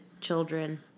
children